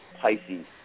Pisces